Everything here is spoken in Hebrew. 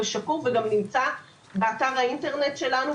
שקוף ונמצא באתר האינטרנט שלנו.